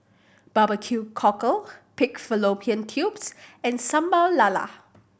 barbecue cockle pig fallopian tubes and Sambal Lala